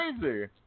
crazy